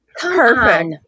Perfect